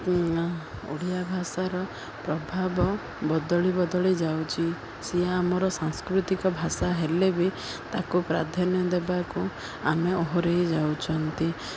ଓଡ଼ିଆ ଭାଷାର ପ୍ରଭାବ ବଦଳି ବଦଳି ଯାଉଛି ସିଏ ଆମର ସାଂସ୍କୃତିକ ଭାଷା ହେଲେ ବି ତାକୁ ପ୍ରାଧାନ୍ୟ ଦେବାକୁ ଆମେ ଓହରେଇ ଯାଉଛନ୍ତି